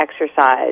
exercise